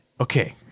okay